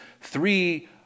three